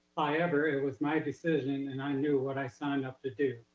however, it was my decision. and i knew what i signed up to do.